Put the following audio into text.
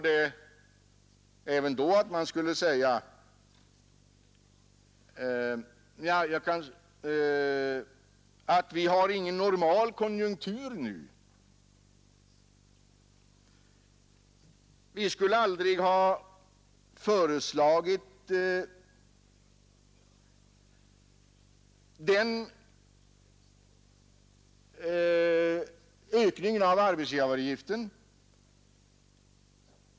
Det är annat än bara några småkronor på skatten, som inte skulle betyda detsamma på länga vägar.